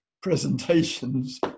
presentations